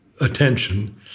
attention